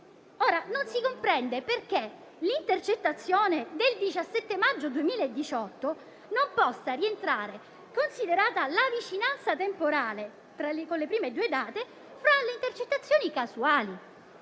Ora non si comprende perché l'intercettazione del 17 maggio 2018 non possa rientrare, considerata la vicinanza temporale con le prime due date, fra le intercettazioni casuali.